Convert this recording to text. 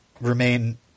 remain –